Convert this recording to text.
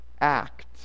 act